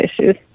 issues